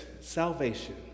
salvation